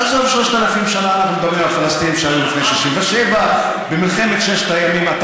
העם היהודי הוא קולוניאליסטי על שטח ש-3,000 שנה מכונה יהודה?